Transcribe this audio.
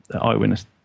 eyewitness